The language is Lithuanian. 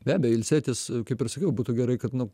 be abejo ilsėtis kaip ir sakiau būtų gerai kad nu